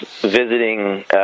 visiting